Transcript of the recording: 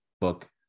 book